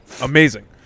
Amazing